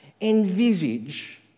envisage